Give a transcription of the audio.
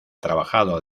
trabajado